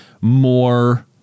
more